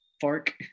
fork